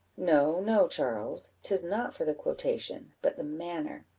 no, no, charles, tis not for the quotation, but the manner,